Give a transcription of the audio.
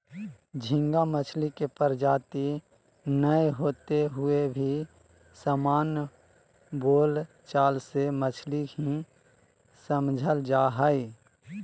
झींगा मछली के प्रजाति नै होते हुए भी सामान्य बोल चाल मे मछली ही समझल जा हई